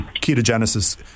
ketogenesis